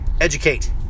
Educate